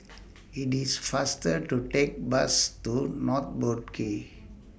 IT IS faster to Take Bus to North Boat Quay